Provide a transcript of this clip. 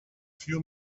few